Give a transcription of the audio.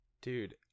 Dude